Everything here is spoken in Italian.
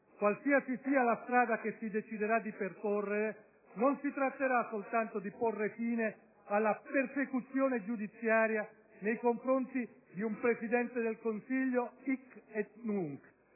Qualsiasi sia la strada che si deciderà di percorrere, non si tratterà soltanto di porre fine alla persecuzione giudiziaria nei confronti di un Presidente del Consiglio *hic et nunc*,